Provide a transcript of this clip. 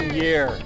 year